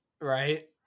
right